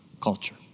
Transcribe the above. culture